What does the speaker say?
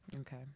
Okay